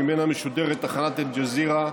שממנה משודרת תחנת אל-ג'זירה,